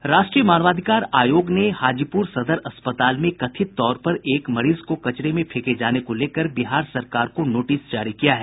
राष्ट्रीय मानवाधिकार आयोग ने हाजीपूर सदर अस्पताल में कथित तौर पर एक मरीज को कचरे में फेंके जाने को लेकर बिहार सरकार को नोटिस जारी किया है